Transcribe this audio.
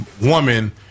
woman